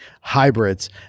hybrids